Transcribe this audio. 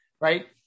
Right